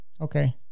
Okay